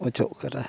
ᱚᱪᱚᱜ ᱠᱟᱫᱟ